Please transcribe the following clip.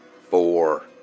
Four